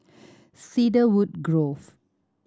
Cedarwood Grove